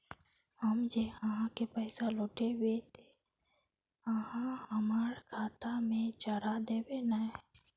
हम जे आहाँ के पैसा लौटैबे ते आहाँ हमरा खाता में चढ़ा देबे नय?